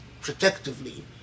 protectively